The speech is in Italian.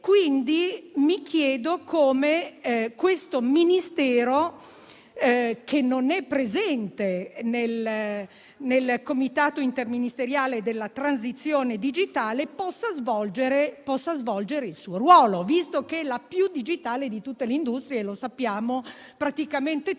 Quindi, mi chiedo come questo Ministero, che non è presente nel Comitato interministeriale della transizione digitale, possa svolgere il suo ruolo visto che è la più digitale di tutte le industrie. Sappiamo tutti